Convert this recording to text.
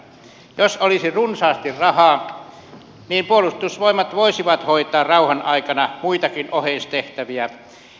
jos olisi runsaasti rahaa niin puolustusvoimat voisi hoitaa rauhan aikana muitakin oheistehtäviä